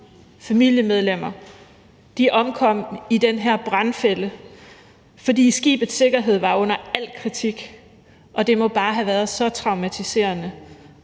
familiemedlemmer omkom i den her brandfælde, fordi skibets sikkerhed var under al kritik. Det må bare have været så traumatiserende,